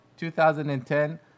2010